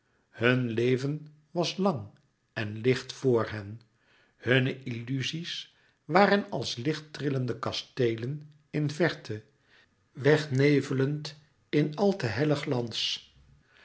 hun leven was lang en licht vor hen hunne illuzies waren als lichttrillende kasteelen in verte wegnevelend in àl te hellen glans